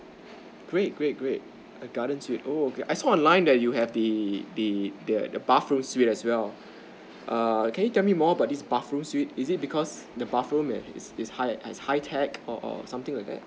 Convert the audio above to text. great great great a garden suite oo okay I saw online that you have the the the the bathroom suite as well err can you tell me more about this bathroom suite is it because the bathroom is is high is high tech or or something like that